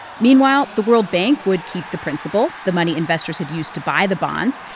meanwhile, the world bank would keep the principal, the money investors had used to buy the bonds.